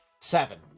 Seven